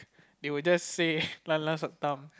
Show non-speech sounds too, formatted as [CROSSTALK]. they will just say [LAUGHS] lanlan suck thumb